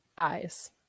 eyes